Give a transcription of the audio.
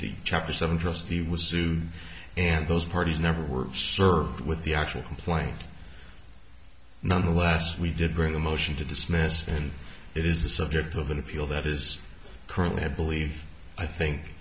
the chapter seven trustee was sued and those parties never were served with the actual complaint nonetheless we did bring a motion to dismiss and it is the subject of an appeal that is currently i believe i think